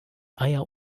eier